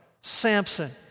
Samson